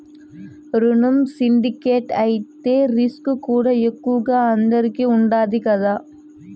రునం సిండికేట్ అయితే రిస్కుకూడా ఎక్కువగా అందరికీ ఉండాది కదా